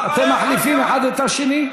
אתם מחליפים אחד את השני?